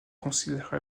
considère